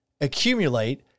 accumulate